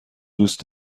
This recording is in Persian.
دوست